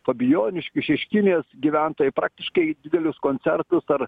fabijoniškių šeškinės gyventojai praktiškai didelius koncertus ar